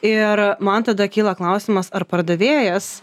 ir man tada kyla klausimas ar pardavėjas